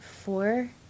four